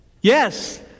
Yes